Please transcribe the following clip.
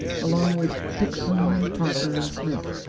along with dixon and parker and smith.